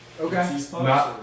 Okay